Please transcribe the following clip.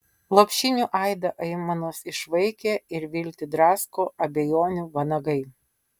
lopšinių aidą aimanos išvaikė ir viltį drasko abejonių vanagai